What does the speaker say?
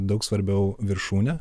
daug svarbiau viršūnė